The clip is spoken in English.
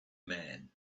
man